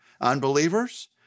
Unbelievers